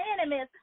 enemies